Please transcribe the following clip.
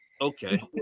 Okay